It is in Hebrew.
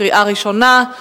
קריאה ראשונה.